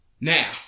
Now